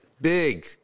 Big